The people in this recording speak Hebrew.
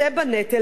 העובד,